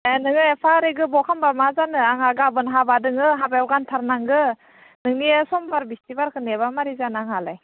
एह नोङो एफा ओरै गोबाव खामबा मा जानो आंहा गाबोन हाबा दोङो हाबायाव गानथारनांगो नोंनि समबार बिस्तिबारखो नेबा माबोरै जानो आंहालाय